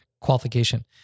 qualification